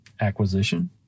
acquisition